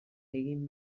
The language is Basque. egin